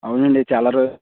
అవునండి చాలా రో